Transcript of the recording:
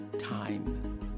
time